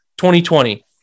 2020